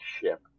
ship